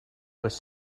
was